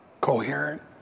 coherent